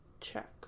Check